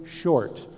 Short